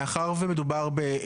מאחר ומדובר,